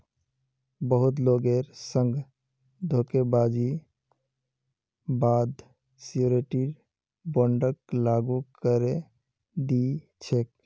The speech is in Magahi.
बहुत लोगेर संग धोखेबाजीर बा द श्योरटी बोंडक लागू करे दी छेक